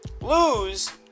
lose